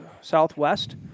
southwest